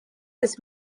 this